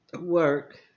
work